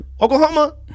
Oklahoma